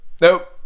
nope